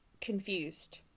confused